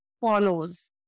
follows